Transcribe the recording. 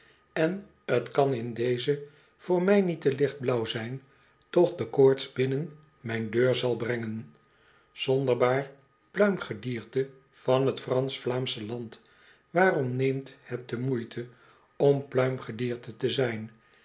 en t kan in deze voor mij niet te lichtblauw zijn toch de koorts binnen mijn deur zal brengen zonderbaar pluimgediertc van t fransch vlaamsche land waarom neemt hot de moeite om pluimgedierte te z